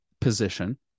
position